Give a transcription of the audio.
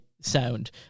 sound